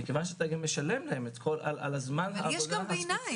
מיכוון שאתה גם משלם להם על זמן העבודה שלהם --- יש גם ביניים.